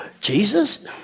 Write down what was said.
Jesus